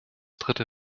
dritte